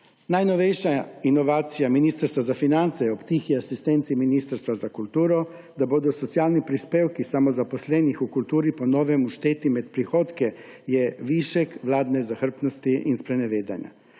Najnovejša inovacija Ministrstva za finance je ob tihi asistenci Ministrstva za kulturo, da bodo socialni prispevki samozaposlenih v kulturi po novem všteti med prihodke, višek vladne zahrbtnosti in sprenevedanja.